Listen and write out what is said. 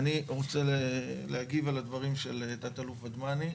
אני רוצה להגיב על הדברים של תא"ל ודמני.